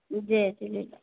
Jay Jhulelal